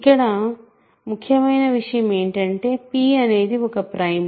ఇక్కడ ముఖ్యమైన విషయం ఏమిటంటే p అనేది ఒక ప్రైమ్